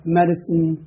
medicine